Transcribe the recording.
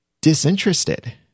disinterested